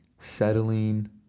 Settling